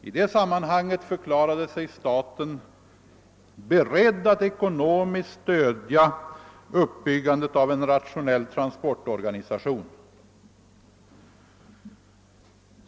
I det sammanhanget förklarade sig staten beredd att ekonomiskt stödja uppbyggandet av en rationell transportorganisation.